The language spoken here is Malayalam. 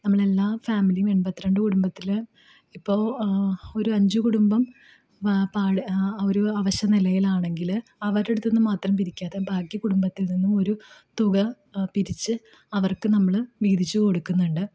നമ്മളെല്ലാ ഫാമിലിയും എൺപത്തി രണ്ട് കുടുംബത്തിലെ ഇപ്പോൾ ഒരഞ്ചു കുടുംബം പാള് അവർ അവശ്യ നിലയിലാണെങ്കിൽ അവരുടെ അടുത്തു നിന്നു മാത്രം പിരിക്കാതെ ബാക്കി കുടുംബത്തിൽ നിന്നും ഒരു തുക പിരിച്ചു അവർക്കു നമ്മൾ വീതിച്ചു കൊടുക്കുന്നുണ്ട്